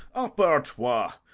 up, artois!